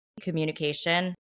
communication